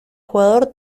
jugador